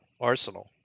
Arsenal